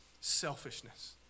Selfishness